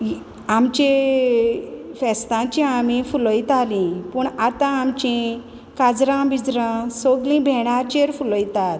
हीं आमचे फेस्ताचीं आमी फुलोयतालीं पूण आतां आमचीं काज्रां बिज्रां सोगलीं भॅणाचेर फुलोयतात